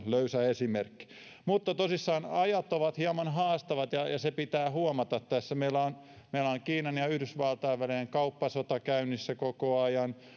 löysä esimerkki mutta tosissaan ajat ovat hieman haastavat ja se pitää huomata tässä meillä on meillä on kiinan ja ja yhdysvaltain välinen kauppasota käynnissä koko ajan